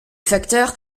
facteurs